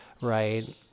right